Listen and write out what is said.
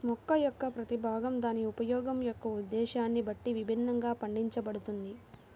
మొక్క యొక్క ప్రతి భాగం దాని ఉపయోగం యొక్క ఉద్దేశ్యాన్ని బట్టి విభిన్నంగా పండించబడుతుంది